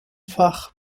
fach